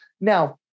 now